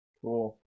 cool